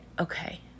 Okay